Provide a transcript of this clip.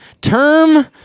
term